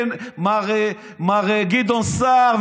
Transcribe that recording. מר גדעון סער,